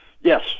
Yes